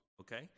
okay